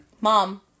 Mom